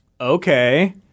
Okay